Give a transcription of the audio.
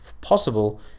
possible